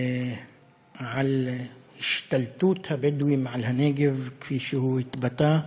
על השתלטות הבדואים על הנגב, כפי שהוא התבטא,